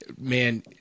Man